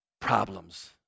problems